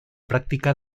práctica